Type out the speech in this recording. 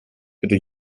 bitte